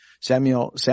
Samuel